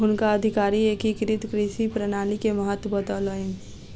हुनका अधिकारी एकीकृत कृषि प्रणाली के महत्त्व बतौलैन